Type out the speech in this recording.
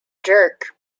jerk